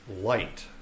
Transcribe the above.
light